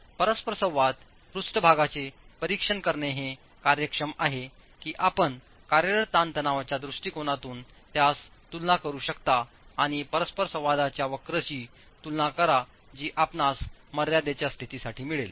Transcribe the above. परस्परसंवाद पृष्ठभागाचे परीक्षण करणे हे कार्यक्षम आहे की आपण कार्यरत ताणतणावाच्या दृष्टिकोनातून त्यास तुलना करू शकता आणि परस्परसंवादाच्या वक्रेशी तुलना करा जी आपणास मर्यादेच्या स्थितीसाठी मिळेल